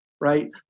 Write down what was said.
right